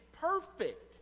perfect